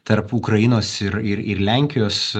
tarp ukrainos ir ir ir lenkijos